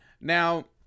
now